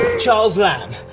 charles lamb.